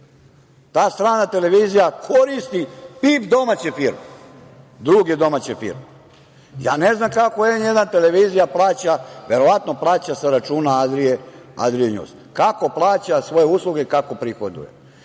ta strana televizija koristi PIB domaće firme, druge domaće firme. Ja ne znam kako N1 televizija plaća, verovatno plaća sa računa Adrije Njuz, kako plaća svoje usluge, kako prihoduje.